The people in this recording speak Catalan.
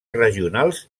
regionals